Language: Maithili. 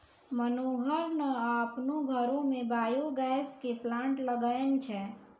मनोहर न आपनो घरो मॅ बायो गैस के प्लांट लगैनॅ छै